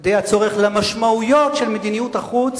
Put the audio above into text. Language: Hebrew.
די הצורך למשמעויות של מדיניות החוץ